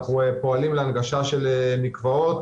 אנחנו פועלים להנגשה של מקוואות,